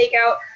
takeout